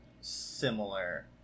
similar